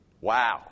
Wow